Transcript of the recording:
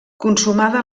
consumada